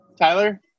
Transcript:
Tyler